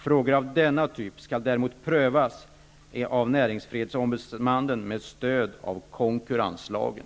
Frågor av denna typ kan däremot prövas av näringsfrihetsombudsmannen med stöd av konkurrenslagen.